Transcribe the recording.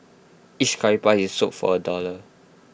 each Curry puff is sold for A dollar